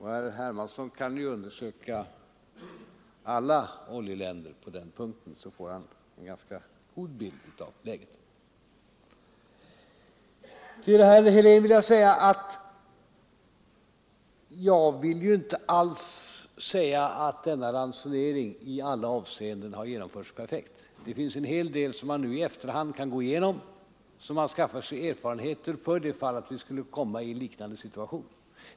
Herr Hermansson kan undersöka alla oljeländer på den punkten, och han får då en ganska god bild av läget. Till herr Helén vill jag säga att jag inte alls påstår att denna ransonering i alla avseenden har genomförts perfekt. Man kan nu i efterhand gå igenom vad som gjorts och skaffa sig erfarenheter för det fall vi skulle komma i en liknande situation igen.